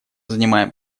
занимаем